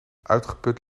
uitgeput